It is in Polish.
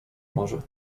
może